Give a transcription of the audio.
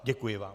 Děkuji vám.